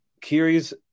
Kiri's